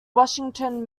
washington